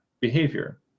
behavior